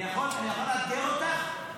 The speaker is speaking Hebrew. אני יכול לאתגר אותך?